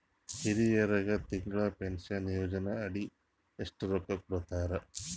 ಹಿರಿಯರಗ ತಿಂಗಳ ಪೀನಷನಯೋಜನ ಅಡಿ ಎಷ್ಟ ರೊಕ್ಕ ಕೊಡತಾರ?